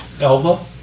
Elva